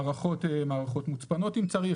מערכות מוצפנות אם צריך.